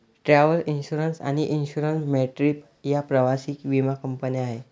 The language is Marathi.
ट्रॅव्हल इन्श्युरन्स आणि इन्सुर मॅट्रीप या प्रवासी विमा कंपन्या आहेत